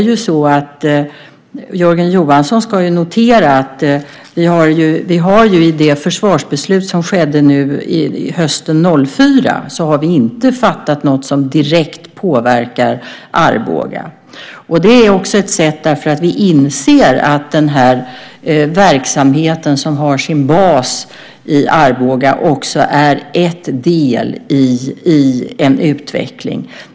Men Jörgen Johansson ska notera att det i det försvarsbeslut som fattades hösten 2004 inte finns något som direkt påverkar Arboga. Det beror på att vi inser att den verksamhet som har sin bas i Arboga också är en del i en utveckling.